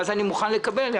ואז אני מוכן לקבל.